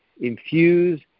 infuse